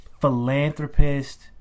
philanthropist